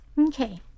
Okay